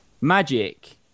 magic